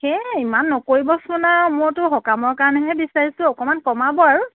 হেই ইমান নকৰিবচোন আৰু মইতো সকামৰ কাৰণেহে বিচাৰিছোঁ অকণমান কমাব আৰু